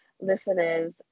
listeners